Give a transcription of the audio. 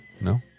No